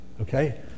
okay